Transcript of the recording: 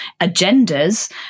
agendas